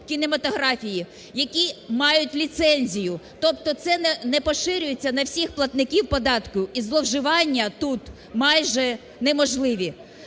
кінематографії, які мають ліцензію, тобто, це не поширюється на всіх платників податків і зловживання тут майже неможливі.